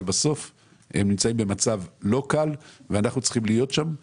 אבל בסופו של דבר הם נמצאים במצב לא קל ואנחנו צריכים להיות שם בשבילם.